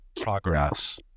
progress